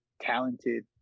talented